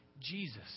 Jesus